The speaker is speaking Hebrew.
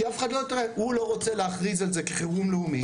כי אף אחד לא --- הוא לא רוצה להכריז על זה כחירום לאומי,